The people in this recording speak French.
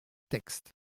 texte